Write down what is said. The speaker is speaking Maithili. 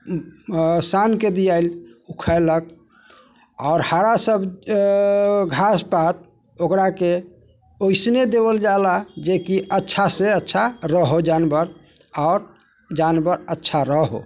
सानके दिआयल उ खैलक आओर हरा सब घास पात ओकराके ओइसने देबल जा ला जे कि अच्छा से अच्छा रहो जानवर आओर जानवर अच्छा रहो